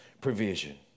provision